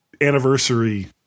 anniversary